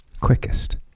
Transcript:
quickest